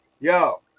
Yo